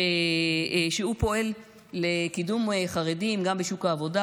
שהוא פועל לקידום חרדים גם בשוק העבודה,